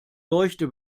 leuchte